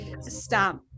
stop